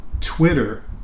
twitter